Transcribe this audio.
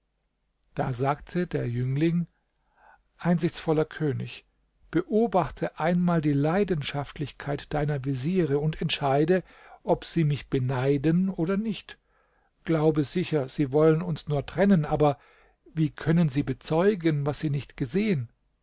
da sagte der jüngling einsichtsvoller könig beobachte einmal die leidenschaftlichkeit deiner veziere und entscheide ob sie mich beneiden oder nicht glaube sicher sie wollen uns nur trennen aber wie können sie bezeugen was sie nicht gesehen